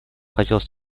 хотелось